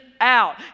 out